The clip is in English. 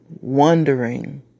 wondering